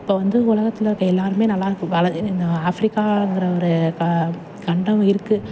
இப்போ வந்து உலகத்தில் இருக்கற எல்லோருமே நல்லாயிருக்கு வள ஏ நா ஆஃப்ரிக்காங்கின்ற ஒரு கா கண்டம் இருக்குது